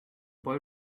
boy